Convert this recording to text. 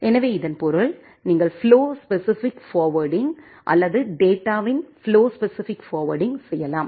எனவே இதன் பொருள் நீங்கள் ஃப்ளோ ஸ்பெசிபிக் ஃபார்வேர்ட்டிங் அல்லது டேட்டாவின் ஃப்ளோ ஸ்பெசிபிக் ரூட்டிங் செய்யலாம்